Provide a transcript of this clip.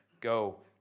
Go